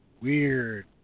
weird